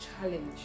challenge